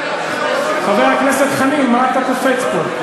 חבר הכנסת חנין, מה אתה קופץ פה?